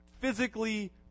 physically